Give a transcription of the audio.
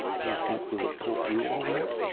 do you think we'll pull through all right?